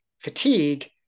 fatigue